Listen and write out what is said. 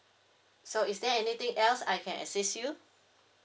so is there anything else I can assist you